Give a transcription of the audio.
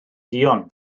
duon